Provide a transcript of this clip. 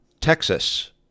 Texas